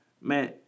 man